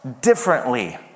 differently